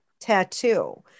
tattoo